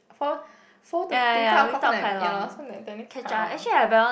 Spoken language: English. four four thirty five o-clock cause I'm ya lor so like technically quite long ah